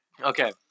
Okay